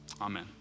Amen